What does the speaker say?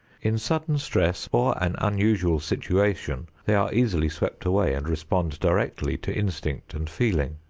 in sudden stress or an unusual situation, they are easily swept away and respond directly to instinct and feeling.